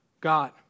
God